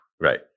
Right